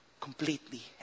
Completely